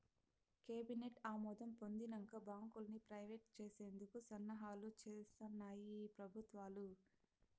cabinet ఆమోదం పొందినంక బాంకుల్ని ప్రైవేట్ చేసేందుకు సన్నాహాలు సేస్తాన్నాయి ఈ పెబుత్వాలు